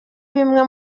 bimwe